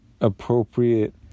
appropriate